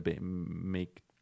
make